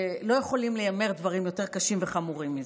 לא יכולים להיאמר דברים יותר קשים וחמורים מזה.